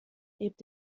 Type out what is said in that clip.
lebt